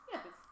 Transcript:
Yes